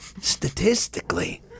statistically